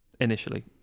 initially